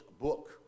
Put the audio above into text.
book